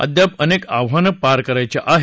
अद्याप अनेक आव्हानं पार करायची आहेत